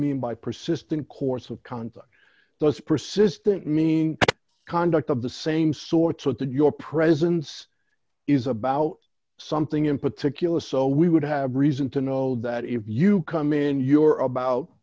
mean by persistent course of conduct those persistent meaning conduct of the same sorts what to your presence is about something in particular so we would have reason to know that if you come in your about